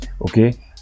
okay